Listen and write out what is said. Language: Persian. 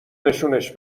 نشونش